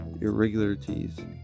irregularities